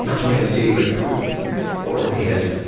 but can't see, but courtenay has,